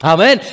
Amen